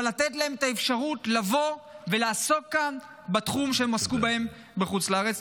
אבל לתת להם את האפשרות לבוא ולעסוק כאן בתחום שהם עסקו בו בחוץ לארץ.